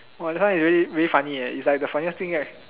!wah! that one is really really funny eh it's like the funniest thing right